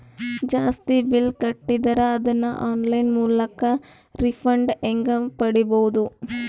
ಜಾಸ್ತಿ ಬಿಲ್ ಕಟ್ಟಿದರ ಅದನ್ನ ಆನ್ಲೈನ್ ಮೂಲಕ ರಿಫಂಡ ಹೆಂಗ್ ಪಡಿಬಹುದು?